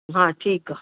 हा ठीकु आहे